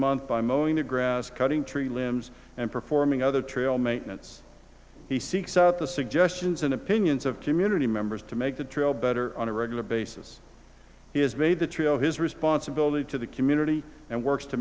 month imo in the grass cutting tree limbs and performing other trail maintenance he seeks out the suggestions and opinions of community members to make the trail better on a regular basis he has made the trail his responsibility to the community and works to